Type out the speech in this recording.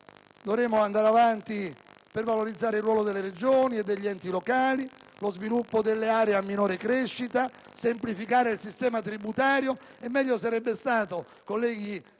Dovremo andare avanti per valorizzare il ruolo delle Regioni e degli enti locali, lo sviluppo delle aree a minore crescita e semplificare il sistema tributario; meglio sarebbe stato, colleghi